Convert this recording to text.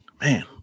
Man